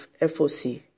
FOC